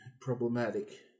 problematic